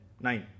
nine